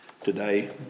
today